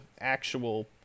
actual